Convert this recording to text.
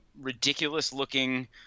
ridiculous-looking